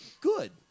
good